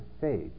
faith